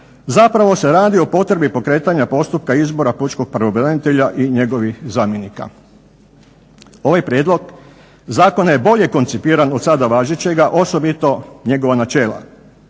zapravo se radi o potrebi pokretanja postupka izbora pučkog pravobranitelja i njegovih zamjenika. Ovaj prijedlog zakona je bolje koncipiran od sada važećega osobito njegova načela.